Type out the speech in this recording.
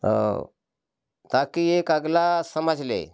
और ताकि एक अगला समझ ले